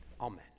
Amen